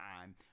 time